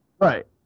Right